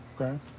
Okay